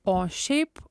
o šiaip